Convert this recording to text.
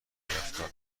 رفتار